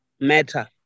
matter